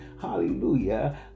hallelujah